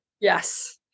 Yes